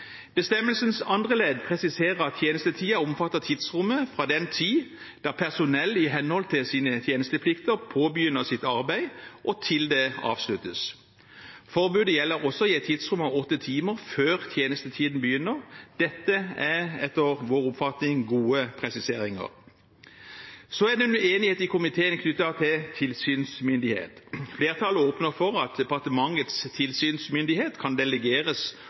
Bestemmelsens andre ledd presiserer at tjenestetiden omfatter tidsrommet fra den tid da personell i henhold til sine tjenesteplikter påbegynner sitt arbeid, og til det avsluttes. Forbudet gjelder også i et tidsrom av åtte timer før tjenestetiden begynner. Dette er etter vår oppfatning gode presiseringer. Det er en uenighet i komiteen knyttet til tilsynsmyndighet. Flertallet åpner opp for at departementets tilsynsmyndighet kan delegeres